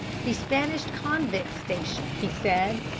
the spanish convict station, he said.